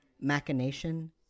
machination